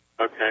Okay